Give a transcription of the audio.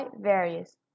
Various